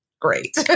great